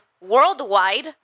worldwide